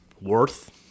worth